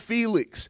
Felix